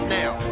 now